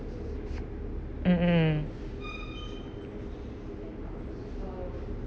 mm mm